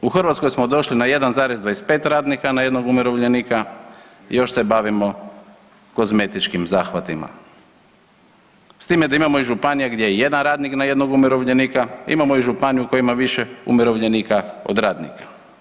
U Hrvatskoj smo došli na 1,25 radnika na jednog umirovljenika i još se bavimo kozmetičkim zahvatima, s time da imamo i županija gdje je jedan radnik na jednog umirovljenika, imamo i županija u kojima ima više umirovljenika od radnika.